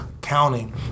County